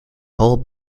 whole